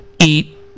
eat